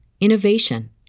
innovation